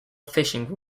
fishing